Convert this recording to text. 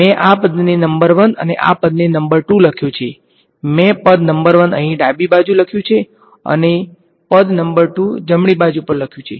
મેં આ પદ ને નંબર ૧ અને આ પદ ને નંબર ૨ લખ્યો છેમેં પદ નંબર ૧ અહીં ડાબી બાજુ લખ્યું છેઅને પદ નંબર ૨ જમણી બાજુ પર લખ્યુ છે